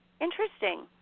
interesting